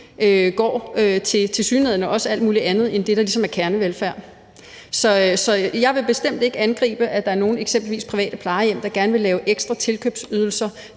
går til tilsyneladende også alt muligt andet end det, der ligesom er kernevelfærd. Så jeg vil bestemt ikke angribe, at der er nogen, eksempelvis private plejehjem, der gerne vil lave tilkøbsydelser